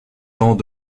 temps